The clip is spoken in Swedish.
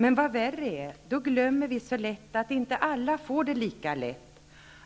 Men vad värre är då glömmer vi så lätt att inte alla får det lika lätt,